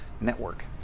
network